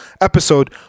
episode